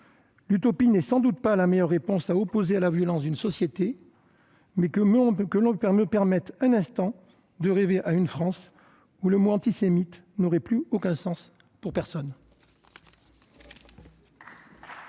L'utopie n'est sans doute pas la meilleure réponse à opposer à la violence d'une société, mais que l'on me permette un instant de rêver à une France où le mot antisémite n'aurait plus aucun sens pour personne.